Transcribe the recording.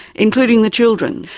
including the children.